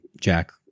jack